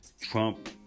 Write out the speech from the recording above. Trump